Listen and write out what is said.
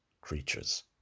creatures